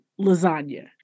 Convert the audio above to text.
lasagna